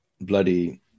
bloody